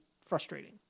frustrating